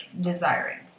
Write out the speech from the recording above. desiring